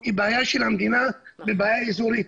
היא בעיה של המדינה ובעיה אזורית.